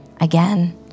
again